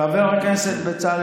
היו"ר יריב לוין: חבר הכנסת סעדי,